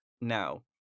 Now